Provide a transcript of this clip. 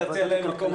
משה יעלון,